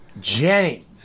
Jenny